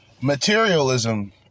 Materialism